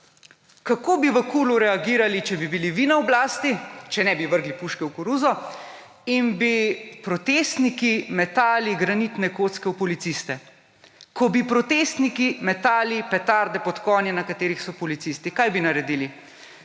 kako bi v KUL reagirali, če bi bili vi na oblasti, če ne bi vrgli puške v koruzo, in bi protestniki metali granitne kocke v policiste, ko bi protestniki metali petarde pod konje, na katerih so policisti. Kaj bi naredili?